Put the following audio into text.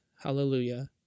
hallelujah